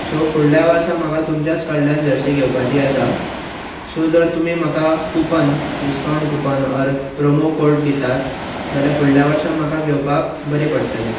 so फुडल्याय वर्सा म्हाका तुमचेंच कडल्यान जर्सी घेवपाची आसा सो जर तुमी म्हाका coupon discount coupon or promo code दितात जाल्यार फुडल्या वर्सा म्हाका घेवपाक बरें पडटलें